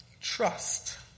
trust